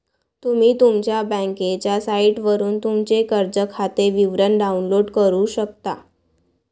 तुम्ही तुमच्या बँकेच्या साइटवरून तुमचे कर्ज खाते विवरण डाउनलोड करू शकता